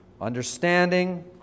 understanding